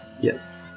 Yes